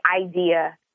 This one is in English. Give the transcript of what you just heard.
idea